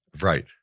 Right